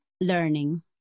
learning